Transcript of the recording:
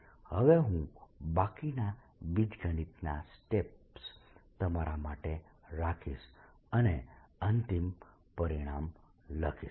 હવે હું બાકીના બીજગણિતનાં સ્ટેપ્સ તમારા માટે રાખીશ અને અંતિમ પરિણામ લખીશ